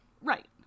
right